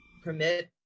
Permit